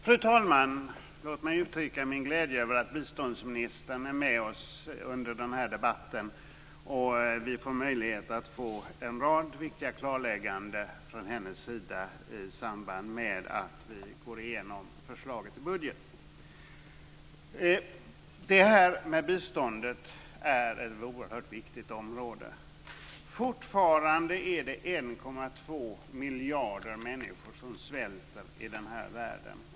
Fru talman! Låt mig uttrycka min glädje över att biståndsministern är med oss under den här debatten så att vi får möjlighet att få en rad viktiga klarlägganden från henne i samband med att vi går igenom förslaget till budget. Biståndet är ett oerhört viktigt område. Fortfarande är det 1,2 miljarder människor som svälter i den här världen.